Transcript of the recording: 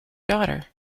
daughter